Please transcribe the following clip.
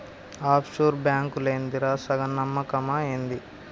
of sure బాంకులేందిరా, సగం నమ్మకమా ఏంది